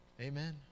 Amen